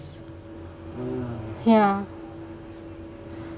ya